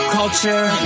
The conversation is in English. culture